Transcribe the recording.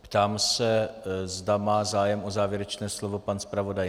Ptám se, zda má zájem o závěrečné slovo pan zpravodaj.